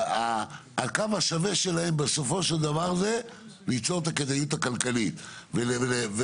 שהכמה שווה שלהם בסופו של דבר זה ליצור את הכדאיות הכלכלית ולקשור